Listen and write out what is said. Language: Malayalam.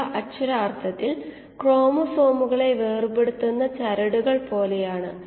ഇപ്പോൾ തുടർച്ചയായ ബാച്ച് പ്രവർത്തനങ്ങളുടെ ഉൽപാദനക്ഷമത താരതമ്യം ചെയ്യാം